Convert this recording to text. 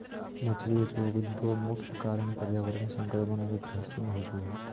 मछली रोग दो मुख्य कारण पर्यावरण संक्रमण और ग्रसन होबे हइ